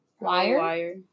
Wire